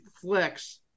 Flex